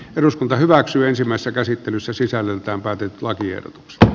eduskunta hyväksyy ensimmäistä käsittelyssä sisällöltään päätet lakiehdotuksesta